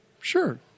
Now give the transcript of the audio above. Sure